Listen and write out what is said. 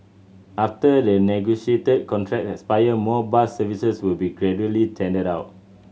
after the negotiated contracts expire more bus services will be gradually tendered out